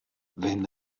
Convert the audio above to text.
wenn